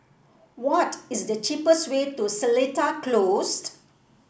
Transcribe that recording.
what is the cheapest way to Seletar Closed